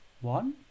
one